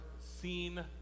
seen